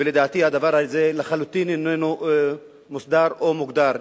ולדעתי הדבר הזה לחלוטין איננו מוסדר או מוגדר,